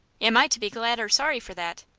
am i to be glad or sorry for that?